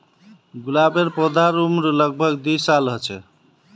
गुलाबेर पौधार उम्र लग भग दी साल ह छे